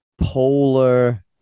polar